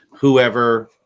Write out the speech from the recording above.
whoever